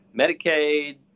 Medicaid